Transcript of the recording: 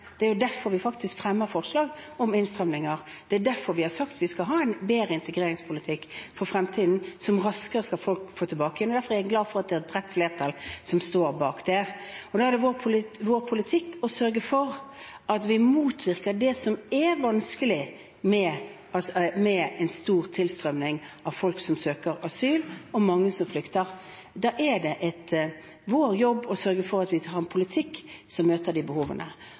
Det er derfor vi faktisk fremmer forslag om innstramminger. Det er derfor vi har sagt at vi skal ha en bedre integreringspolitikk for fremtiden – som raskere skal få folk tilbake. Derfor er jeg glad for at det er et bredt flertall som står bak det. Det er vår politikk å sørge for at vi motvirker det som er vanskelig med en stor tilstrømming av folk som søker asyl, og mange som flykter. Det er vår jobb å sørge for en politikk som møter behovene, og da er det viktig at vi også tør å gjøre de innstrammingene – som